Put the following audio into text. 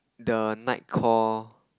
the nightcall